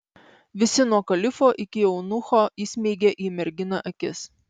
visi nuo kalifo iki eunucho įsmeigė į merginą akis